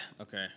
Okay